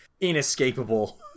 inescapable